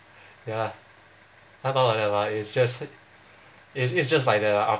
ya it's just it it's just like that ah